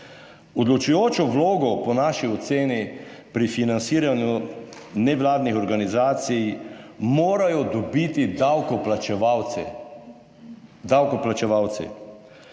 Odločujočo vlogo po naši oceni pri financiranju nevladnih organizacij morajo dobiti davkoplačevalci.